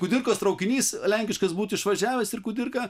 kudirkos traukinys lenkiškas būtų išvažiavęs ir kudirka